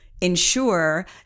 Ensure